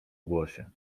głosie